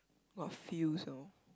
what feels you know